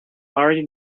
already